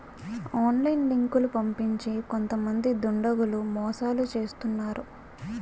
online లింకులు పంపించి కొంతమంది దుండగులు మోసాలు చేస్తున్నారు